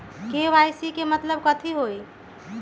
KYC के मतलब कथी होई?